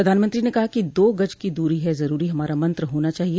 प्रधानमंत्री ने कहा कि दो गज दूरी है जरूरी हमारा मंत्र होना चाहिए